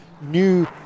new